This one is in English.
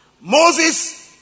Moses